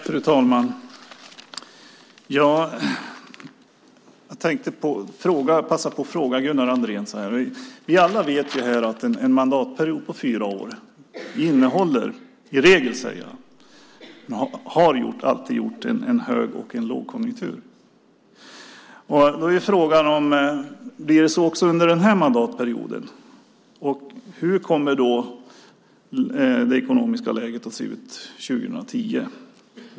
Fru talman! Jag tänkte passa på att ställa en fråga till Gunnar Andrén. Vi vet alla att en mandatperiod på fyra år i regel innehåller en hög och en lågkonjunktur. Blir det så också under den här mandatperioden? Hur kommer då det ekonomiska läget att se ut 2010?